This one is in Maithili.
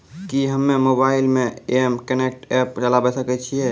कि हम्मे मोबाइल मे एम कनेक्ट एप्प चलाबय सकै छियै?